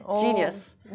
genius